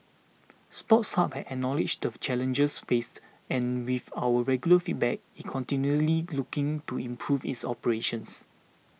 Sports Hub has acknowledged the challenges faced and with our regular feedback it continuously looking to improve its operations